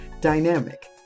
dynamic